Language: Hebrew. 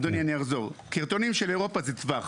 אדוני אני אחזור, קריטריונים של אירופה זה טווח,